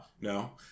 No